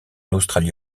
australie